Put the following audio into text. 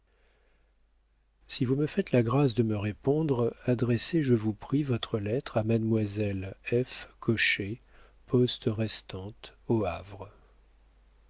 si vous me faites la grâce de me répondre adressez je vous prie votre lettre à mademoiselle f cochet poste restante au havre